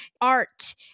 art